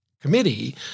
committee –